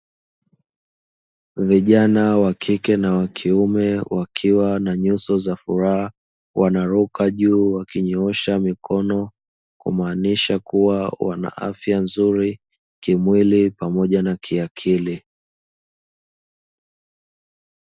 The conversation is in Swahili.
Vijana wa kike na wakiume wakiwa na nyuso za furaha, wanaruka juu wakinyoosha mikono kumaanisha kuwa wanaafya nzuri kimwili pamoja na kiakili.